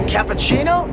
Cappuccino